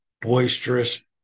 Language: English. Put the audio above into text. boisterous